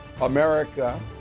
America